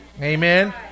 Amen